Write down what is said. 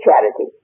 charity